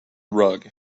rug